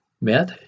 met